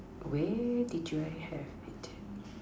where did you I have it